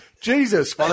Jesus